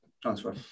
transfer